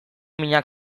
minak